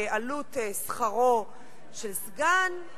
עלות שכרו של סגן,